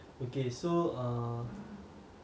okay so err